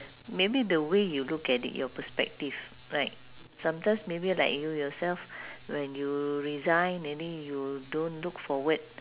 maybe the way you look at it your perspective right sometimes maybe like you yourself when you resign maybe you don't look forward